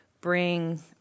bring